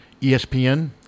ESPN